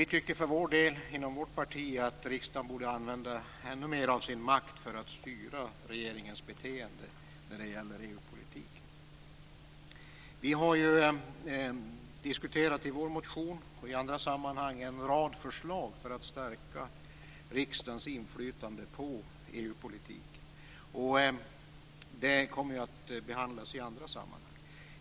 Vi tycker inom vårt parti att riksdagen borde använda ännu mer av sin makt för att styra regeringens beteende när det gäller EU-politiken. Vi har i vår motion och i andra sammanhang diskuterat en rad förslag för att stärka riksdagens inflytande på EU-politiken. Detta kommer att behandlas i andra sammanhang.